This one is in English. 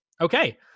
okay